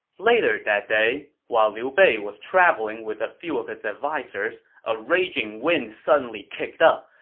later that day, while liu bei was traveling with a few of his advisers, a raging wind suddenly kicked up,